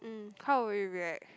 um how would you react